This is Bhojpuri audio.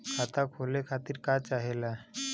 खाता खोले खातीर का चाहे ला?